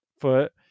foot